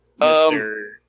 Mr